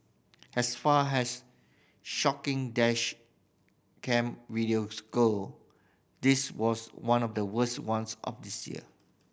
as far as shocking dash cam videos go this was one of the worst ones of this year